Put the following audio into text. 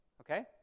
okay